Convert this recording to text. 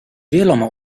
wieloma